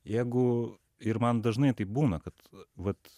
jeigu ir man dažnai taip būna kad vat